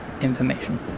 information